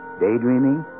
daydreaming